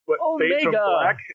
Omega